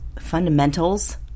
fundamentals